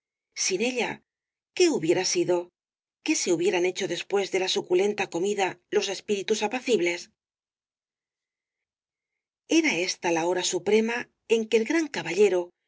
sin ella qué hubiera sido qué se hubieran hecho después de la suculenta comida los espíritus apacibles era esta la hora suprema en que el gran caballero